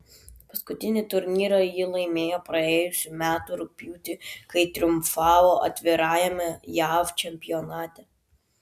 paskutinį turnyrą ji laimėjo praėjusių metų rugpjūtį kai triumfavo atvirajame jav čempionate